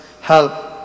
help